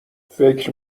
فکر